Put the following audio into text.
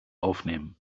aufnehmen